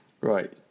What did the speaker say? Right